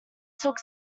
took